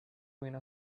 ruin